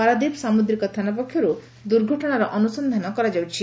ପାରାଦ୍ୱୀପ ସାମୁଦ୍ରିକ ଥାନା ପକ୍ଷରୁ ଦୁର୍ଘଟଶାର ଅନୁସନ୍ଧାନ କରାଯାଉଛି